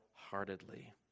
heartedly